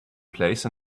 place